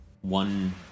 one